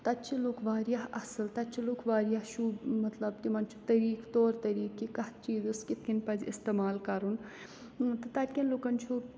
تَتہِ چھِ لُکھ واریاہ اَصٕل تَتہِ چھِ لُکھ واریاہ شوٗب مطلب تِمن چھُ طٔریٖقہٕ طور طٔریٖقہٕ کہِ کَتھ چیٖزَس کِتھ کٔنۍ پَزِ استعمال کَرُن تہٕ تَتہِ کٮ۪ن لُکَن چھُ